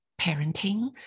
parenting